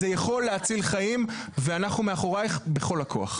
זה יכול להציל חיים, ואנחנו מאחורייך בכל הכוח.